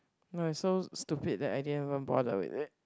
no it's so stupid that I didn't even bother with it